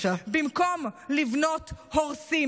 של הכאב והשכול הם מזדהים: הצד היהודי או הצד הערבי?